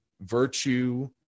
virtue